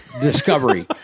Discovery